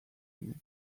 années